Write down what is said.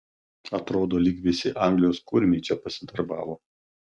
atrodo lyg visi anglijos kurmiai čia pasidarbavo